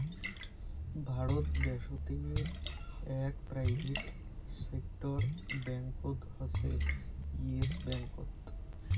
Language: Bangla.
ভারত দ্যাশোতের আক প্রাইভেট সেক্টর ব্যাঙ্কত হসে ইয়েস ব্যাঙ্কত